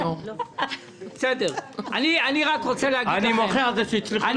אני מוחא על כך שהצליחו לעשות זאת.